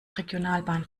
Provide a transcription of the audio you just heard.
regionalbahn